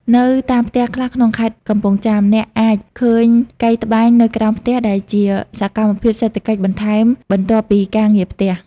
នៅតាមផ្ទះខ្លះក្នុងខេត្តកំពង់ចាម អ្នកអាចឃើញកីត្បាញនៅក្រោមផ្ទះ ដែលជាសកម្មភាពសេដ្ឋកិច្ចបន្ថែមបន្ទាប់ពីការងារផ្ទះ។